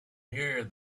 here